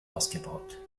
ausgebaut